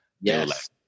Yes